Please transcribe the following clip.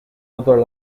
other